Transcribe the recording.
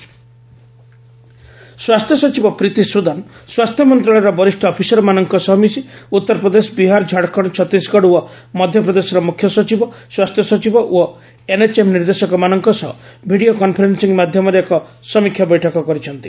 health secretary review meeting ସ୍ୱାସ୍ଥ୍ୟ ସଚିବ ପ୍ରୀତି ସ୍ବଦନ ସ୍ୱାସ୍ଥ୍ୟ ମନ୍ତ୍ରଣାଳୟର ବରିଷ୍ଠ ଅଫିସରମାନଙ୍କ ସହ ମିଶି ଉତ୍ତରପ୍ରଦେଶ ବିହାର ଝାଡ଼ଖଣ୍ଡ ଛତିଶଗଡ଼ ଓ ମଧ୍ୟପ୍ରଦେଶର ମୁଖ୍ୟ ସଚିବ ସ୍ୱାସ୍ଥ୍ୟ ସଚିବ ଓ ଏନ୍ଏଚ୍ଏମ୍ ନିର୍ଦ୍ଦେଶକମାନଙ୍କ ସହ ଭିଡ଼ିଓ କନଫରେନ୍ଦିଂ ମାଧ୍ୟମରେ ଏକ ସମୀକ୍ଷା ବୈଠକ କରିଛନ୍ତି